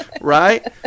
Right